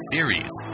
Series